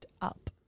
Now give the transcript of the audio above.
up